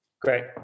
Great